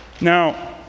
Now